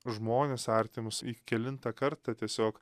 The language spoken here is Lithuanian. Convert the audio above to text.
žmones artimus į kelintą kartą tiesiog